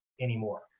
anymore